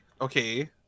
Okay